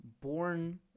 born